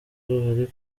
ari